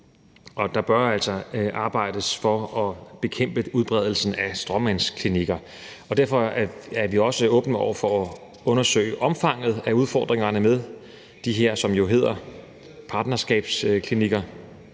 om. Der bør altså arbejdes for at bekæmpe udbredelsen af stråmandsklinikker, og derfor er vi også åbne over for at undersøge omfanget af udfordringerne med de her klinikker, som jo hedder partnerskabsklinikker,